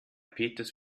peters